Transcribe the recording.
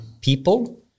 people